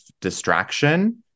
distraction